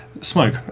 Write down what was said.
smoke